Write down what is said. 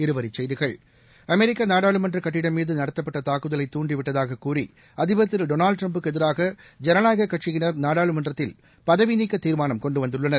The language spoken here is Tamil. இருவரிச்செய்திகள் அமெரிக்க நாடாளுமன்றக் கட்டடம் மீது நடத்தப்பட்ட தாக்குதலை தூண்டிவிட்டதாகக் கூறி அதிபர் திரு டொளால்ட் ட்ரம்ப்புக்கு எதிராக ஜனநாயகக் கட்சியினர் நாடாளுமன்றத்தில் பதவி நீக்க தீர்மானம் கொண்டு வந்துள்ளனர்